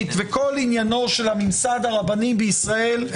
וכל עניינו של הממסד הרבני בישראל זה סידור ג'ובים בעבור מקורבים.